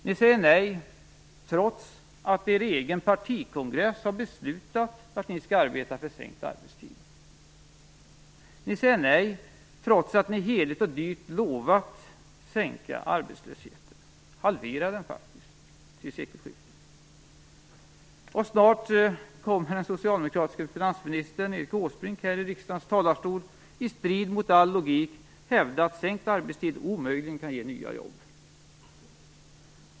Ni säger nej, trots att er egen partikongress har beslutat att ni skall arbeta för sänkt arbetstid. Ni säger nej, trots att ni heligt och dyrt lovat att sänka arbetslösheten, faktiskt halvera den till sekelskiftet. Och snart kommer den socialdemokratiske finansministern Erik Åsbrink här i riksdagens talarstol att i strid mot all logik hävda att sänkt arbetstid omöjligen kan ge nya jobb.